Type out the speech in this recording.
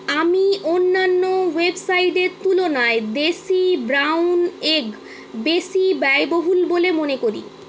আমি অন্যান্য ওয়েবসাইটের তুলনায় দেশি ব্রাউন এগ বেশি ব্যয়বহুল বলে মনে করি